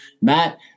matt